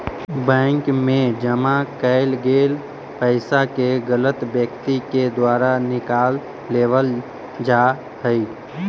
bank मैं जमा कैल गेल पइसा के गलत व्यक्ति के द्वारा निकाल लेवल जा हइ